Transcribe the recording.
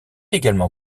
également